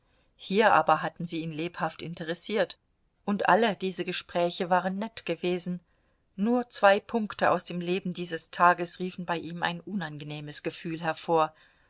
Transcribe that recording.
hier aber hatten sie ihn lebhaft interessiert und alle diese gespräche waren nett gewesen nur zwei punkte aus dem leben dieses tages riefen bei ihm ein unangenehmes gefühl hervor